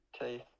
teeth